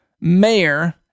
mayor